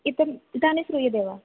इत्थम् इदानीं श्रूयते वा